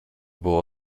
było